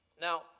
Now